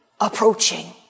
approaching